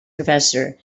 professor